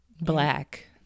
black